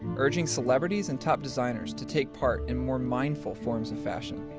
urging celebrities and top designers to take part in more mindful forms of fashion.